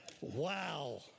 Wow